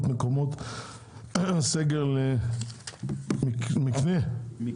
נהלי השירותים הווטרינריים להסדרת פעילות מקומות הסגר למקנה מיובא,